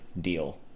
deal